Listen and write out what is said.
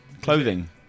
Clothing